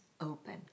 open